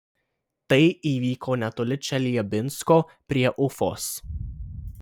tai įvyko netoli čeliabinsko prie ufos